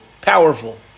powerful